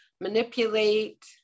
manipulate